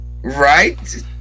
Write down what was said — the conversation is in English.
Right